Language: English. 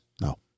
No